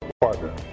partner